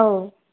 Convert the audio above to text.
औ